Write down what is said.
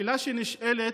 השאלה שנשאלת: